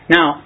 Now